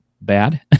bad